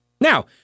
Now